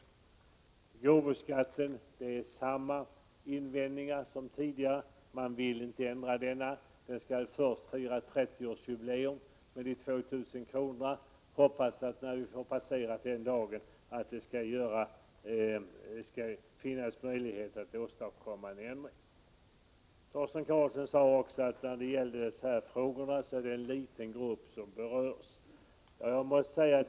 Beträffande gåvoskatten har man samma invändningar som tidigare. Man vill inte ändra reglerna. Dessa 2 000 kr. skall först fira 30-årsjubileum. Jag hoppas att det när vi har passerat den dagen skall finnas möjligheter att åstadkomma en ändring. Torsten Karlsson sade vidare att det bara är en liten grupp som berörs av särfrågorna.